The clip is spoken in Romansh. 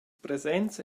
presents